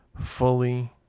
fully